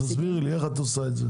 תסבירי לי איך את עושה את זה.